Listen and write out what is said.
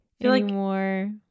anymore